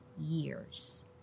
years